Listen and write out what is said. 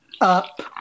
up